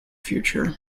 future